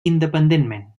independentment